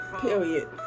period